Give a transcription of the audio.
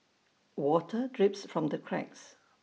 water drips from the cracks